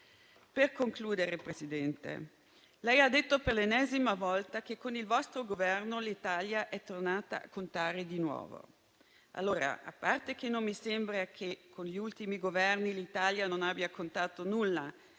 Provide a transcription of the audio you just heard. Per concludere, presidente Meloni, lei ha detto, per l'ennesima volta, che con il vostro Governo l'Italia è tornata a contare di nuovo. Ora, a parte che non mi sembra che con gli ultimi Governi l'Italia non abbia contato nulla